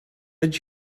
did